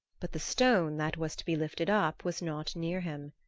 but the stone that was to be lifted up was not near him.